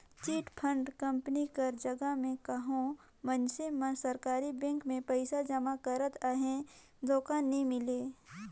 chit fund company कर जगहा में कहों मइनसे मन सरकारी बेंक में पइसा जमा करत अहें धोखा नी मिले